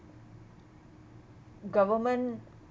government